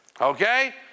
okay